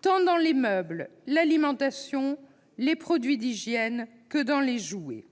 tant dans les meubles, l'alimentation et les produits d'hygiène que dans les jouets.